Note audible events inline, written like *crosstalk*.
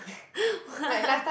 *laughs* what